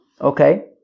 Okay